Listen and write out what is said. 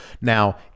Now